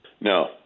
No